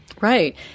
Right